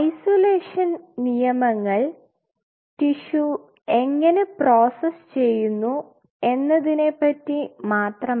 isolation നിയമങ്ങൾ tissue എങ്ങിനെ process ചെയ്യുന്നു എന്നതിനെപ്പറ്റി മാത്രമല്ല